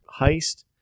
heist